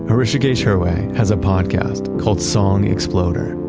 ah hrishikesh hirway has a podcast called song exploder.